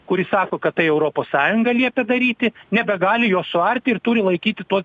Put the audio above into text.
kuri sako kad tai europos sąjunga liepė daryti nebegali jos suarti ir turi laikyti tuo